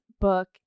book